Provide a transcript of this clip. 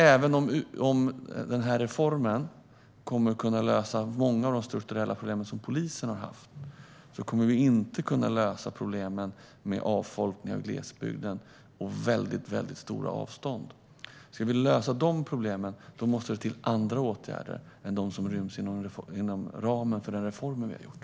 Även om den här reformen kommer att kunna lösa många av de strukturella problem som polisen har haft tror jag inte att vi kommer att kunna lösa problemen med avfolkning av glesbygden och väldigt stora avstånd. Ska vi lösa de problemen måste det till andra åtgärder än dem som ryms inom ramen för den reform vi har gjort.